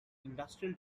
industrial